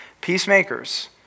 Peacemakers